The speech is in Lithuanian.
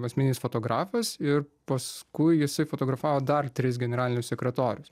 asmeninis fotografas ir paskui jisai fotografavo dar tris generalinius sekretorius